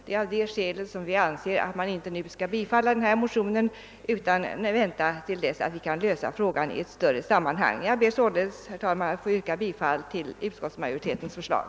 Det är av detta skäl vi anser att. motionerna inte bör bifallas utan att vi bör vänta med ställningstagandet tills frågan kan lösas i ett större sammanhang. Jag yrkar således, herr. talman, bifall till utskottsmajoritetens förslag.